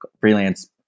freelance